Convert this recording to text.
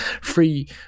free